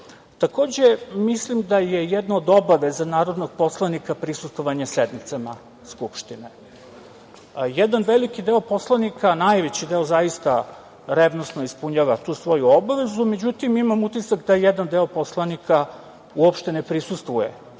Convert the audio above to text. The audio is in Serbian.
mislim da je jedna od obaveza narodnog poslanika prisustvovanje sednicama Skupštine. Jedan veliki deo poslanika, najveći deo zaista revnosno ispunjava tu svoju obavezu. Međutim, imam utisak da jedan deo poslanika uopšte ne prisustvuje